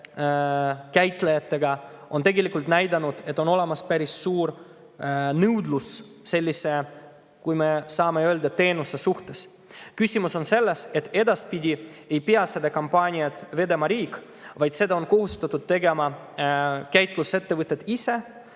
erinevate käitlejatega, on näidanud, et on olemas päris suur nõudlus sellise – kui me saame nii öelda – teenuse järele. Küsimus on selles, et edaspidi ei pea seda kampaaniat vedama riik, vaid seda on kohustatud tegema käitlusettevõtted ise,